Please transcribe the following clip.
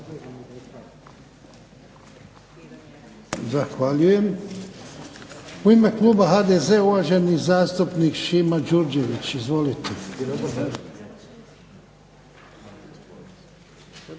Zahvaljujem. U ime kluba HDZ-a uvaženi zastupnik Šima Đurđević. Izvolite.